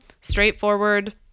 straightforward